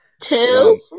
Two